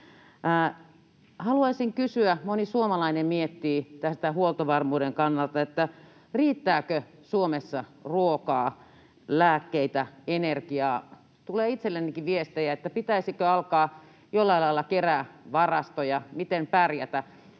Haluaisin kysyä: Moni suomalainen miettii tämän huoltovarmuuden kannalta, että riittääkö Suomessa ruokaa, lääkkeitä, energiaa. Tulee itsellenikin viestejä, että pitäisikö alkaa jollain lailla kerätä varastoja. Miten pärjätä?